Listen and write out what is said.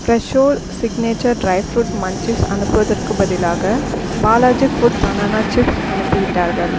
ஃப்ரெஷ்ஷா signature dry fruit munchies அனுப்புவதற்குப் பதிலாக பாலாஜி ஃபுட் பனானா சிப்ஸ் அனுப்பிவிட்டார்கள்